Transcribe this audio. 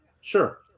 sure